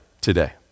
today